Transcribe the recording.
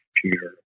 computer